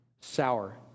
sour